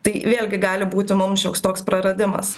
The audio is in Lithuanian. tai vėlgi gali būti mums šioks toks praradimas